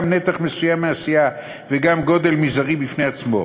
גם נתח מסוים מהסיעה וגם גודל מזערי בפני עצמו.